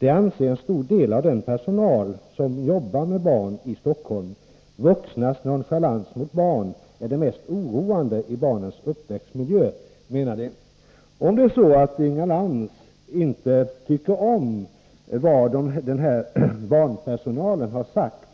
Det anser en stor del av den personal som jobbar med barn i Stockholm. Vuxnas nonchalans mot barnen är det mest oroande i barnens uppväxtmiljö, menar de.” Om Inga Lantz inte tycker om vad den här personalen har sagt,